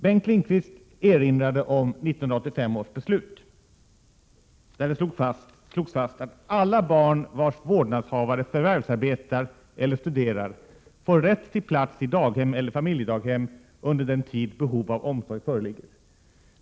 Bengt Lindqvist erinrade om 1985 års beslut, där det slogs fast att alla barn vars vårdnadshavare förvärvsarbetar eller studerar får rätt till plats i daghem eller familjedaghem under den tid som behov av omsorg föreligger.